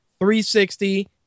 360